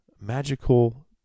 magical